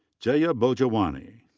jaya bhojwani.